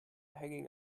hanging